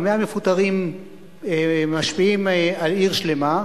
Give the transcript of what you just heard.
100 המפוטרים משפיעים על עיר שלמה.